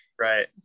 right